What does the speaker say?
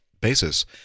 basis